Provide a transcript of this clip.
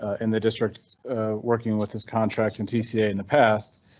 ah in the district working with this contract and tc in the past,